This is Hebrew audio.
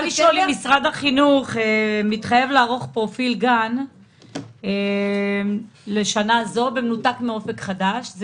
משרד החינוך מתחייב לערוך פרופיל גן לשנה הזאת במנותק מאופק חדש?